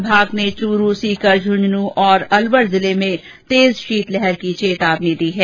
विभाग ने चूरू सीकर झुंझुनूं और अलवर जिले में अति शीतलहर की चेतावनी दी है